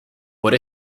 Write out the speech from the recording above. por